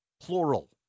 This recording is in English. Plural